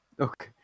Okay